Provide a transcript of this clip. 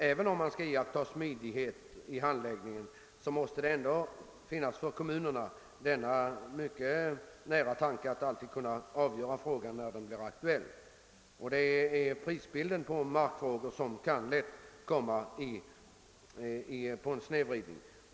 Även om det bör iakttas smidighet vid handläggningen måste kommunerna ändå kunna avgöra frågan när den verkligen blir aktuell, ty prissättningen skulle som sagt annars lätt kunna bli snedvriden.